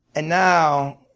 and now,